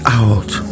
out